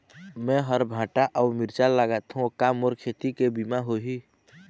मेहर भांटा अऊ मिरचा लगाथो का मोर खेती के बीमा होही?